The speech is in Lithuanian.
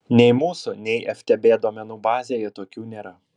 nei mūsų nei ftb duomenų bazėje tokių nėra